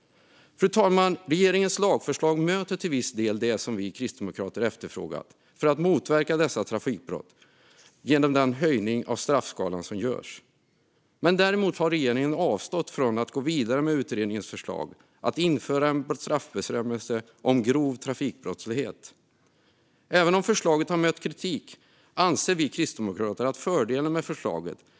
Fru talman! Regeringens lagförslag möter till viss del det som vi kristdemokrater efterfrågat för att motverka dessa trafikbrott genom en höjning av straffskalan. Däremot har regeringen avstått från att gå vidare med utredningens förslag om att införa en straffbestämmelse om grov trafikbrottslighet. Även om förslaget har mött kritik anser vi kristdemokrater att fördelarna med förslaget överväger.